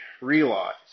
realize